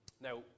Now